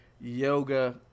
yoga